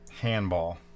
handball